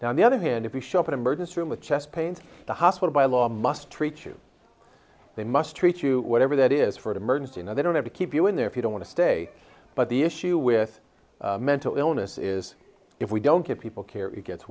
now on the other hand if you show up an emergency room with chest pains the hospital by law must treat you they must treat you whatever that is for an emergency no they don't have to keep you in there if you don't want to stay but the issue with mental illness is if we don't give people care it gets